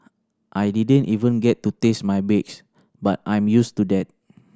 I didn't even get to taste my bakes but I'm used to that